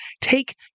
take